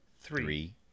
three